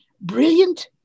brilliant